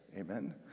amen